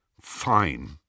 Fine